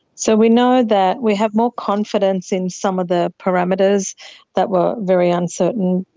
so we know that, we have more confidence in some of the parameters that were very uncertain,